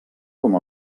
com